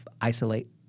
isolate